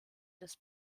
des